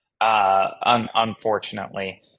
Unfortunately